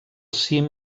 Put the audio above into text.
cim